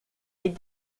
est